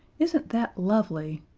isn't that lovely?